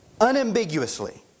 Unambiguously